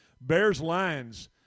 Bears-Lions